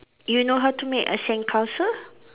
you know how to make a sandcastle